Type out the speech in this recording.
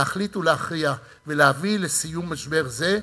להחליט ולהכריע ולהביא לסיום משבר זה,